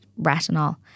retinol